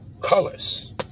colors